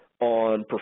on